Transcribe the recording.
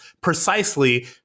precisely